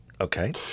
Okay